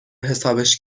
حسابش